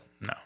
No